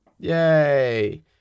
Yay